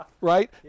right